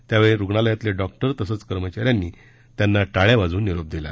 त्यावेळी रुग्णालयातले डॉक्टर तसंच कर्मचाऱ्यांनी त्यांना टाळ्या वाजवून निरोप दिला